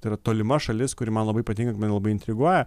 tai yra tolima šalis kuri man labai patinka mane labai intriguoja